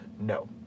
No